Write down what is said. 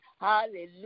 hallelujah